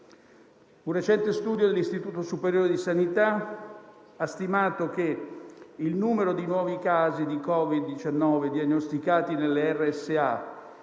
Un recente studio dell'Istituto superiore di sanità ha stimato che il numero di nuovi casi di Covid-19 diagnosticati nelle RSA